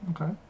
okay